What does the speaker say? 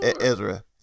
Ezra